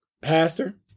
pastor